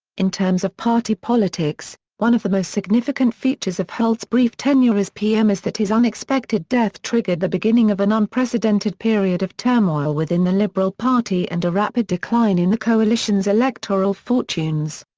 in terms of party politics, one of the most significant features of holt's brief tenure as pm is that his unexpected death triggered the beginning of an unprecedented period of turmoil within the liberal party and a rapid decline in the coalition's electoral fortunes.